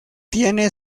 tiene